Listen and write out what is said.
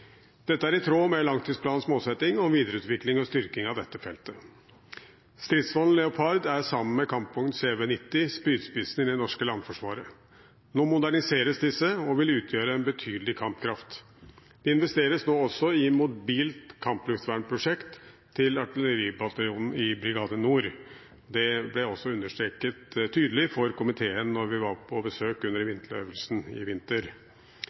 Dette er i tråd med langtidsplanens målsetting om videreutvikling og styrking av dette feltet. Stridsvogn Leopard er sammen med kampvogn CV-90 spydspissen i det norske landforsvaret. Nå moderniseres disse og vil utgjøre en betydelig kampkraft. Det investeres nå også i mobilt kampluftvernprosjekt til artilleribataljonen i Brigade Nord. Det ble også understreket tydelig for komiteen da vi var på besøk under vinterøvelsen i vinter.